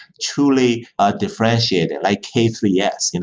truly ah differentiated, like k three s, you know